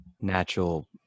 natural